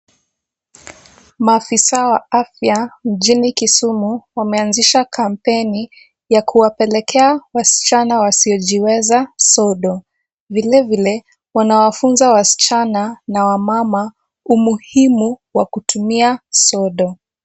Maafisa wa afya mjini Kisumu wameanzisha kampeni ya kuwapelekea wasichana wasiojiweza sodo, vilevile wanawafunza wasichana na wamama umuhimu wa kutumia sodo.